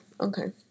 Okay